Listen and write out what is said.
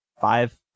five